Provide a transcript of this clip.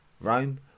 Rome